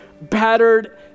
battered